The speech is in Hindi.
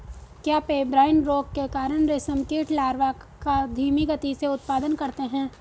क्या पेब्राइन रोग के कारण रेशम कीट लार्वा का धीमी गति से उत्पादन करते हैं?